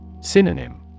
Synonym